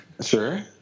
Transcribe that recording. Sure